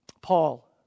Paul